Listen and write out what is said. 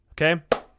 Okay